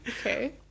okay